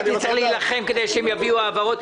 הייתי צריך להילחם כדי שהם יביאו העברות.